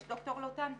יש ד"ר לוטן פה.